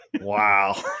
Wow